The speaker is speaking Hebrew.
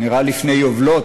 זה נראה לפני יובלות,